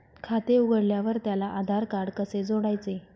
खाते उघडल्यावर त्याला आधारकार्ड कसे जोडायचे?